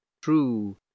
true